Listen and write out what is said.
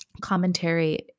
commentary